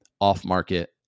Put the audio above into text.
off-market